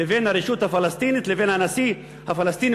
לבין הרשות הפלסטינית והנשיא הפלסטיני